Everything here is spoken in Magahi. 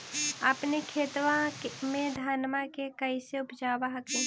अपने खेतबा मे धन्मा के कैसे उपजाब हखिन?